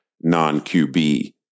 non-QB